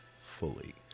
fully